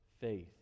faith